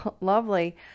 lovely